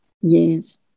Yes